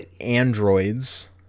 androids